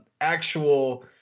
actual